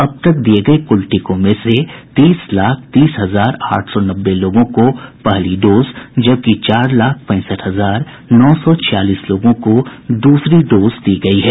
अब तक दिये गये कुल टीकों में से तीस लाख तीस हजार आठ सौ नब्बे लोगों को पहली डोज जबकि चार लाख पैंसठ हजार नौ सौ छियालीस लोगों को दूसरी डोज दी गयी है